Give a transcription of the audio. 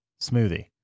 Smoothie